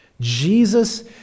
Jesus